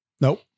Nope